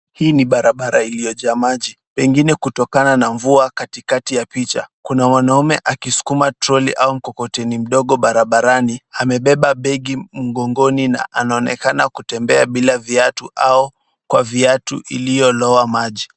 Hii ni barabara iliyojaa maji pengine kutokana na mvua katikati ya picha. Kuna mwanaume akisukuma troli au mkokoteni mdogo barabarani amebeba begi mgongoni na anaonekana kutembea bila viatu au kwa viatu iliyolowa maji.